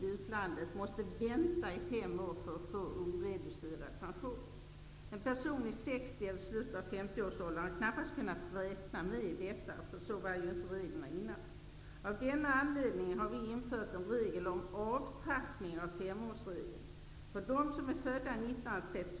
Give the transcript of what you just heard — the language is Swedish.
För privat anställda kan förhållandena te sig annorlunda och mer svårlösta.